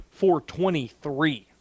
423